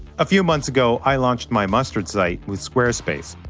a few months ago, i launched my mustard site with squarespace.